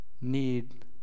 need